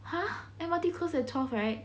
!huh! M_R_T close at twelve right